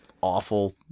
awful